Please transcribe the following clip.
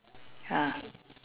ya